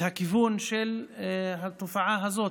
הכיוון של התופעה הזאת,